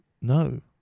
No